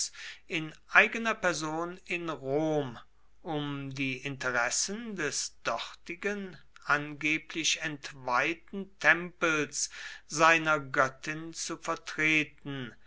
in eigener person in rom um die interessen des dortigen angeblich entweihten tempels seiner göttin zu vertreten